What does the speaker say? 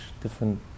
different